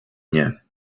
nie